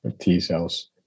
t-cells